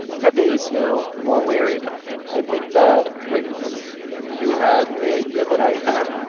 pepe is now more wary of that i think that when you had the idea that i had,